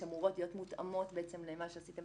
שאמורות להיות מותאמות למה שעשיתם